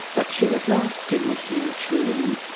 but she was lost in the huge room.